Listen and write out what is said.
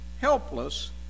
helpless